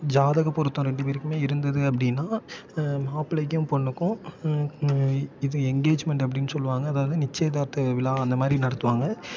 ஜாதக்கப்பொருத்தம் ரெண்டு பேருக்குமே இருந்தது அப்படின்னா மாப்பிள்ளைக்கும் பொண்ணுக்கும் இது எங்கேஜ்மெண்ட் அப்படின்னு சொல்லுவாங்க அதாவது நிச்சயதார்த்த விழா அந்த மாதிரி நடத்துவாங்க